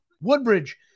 Woodbridge